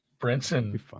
Brinson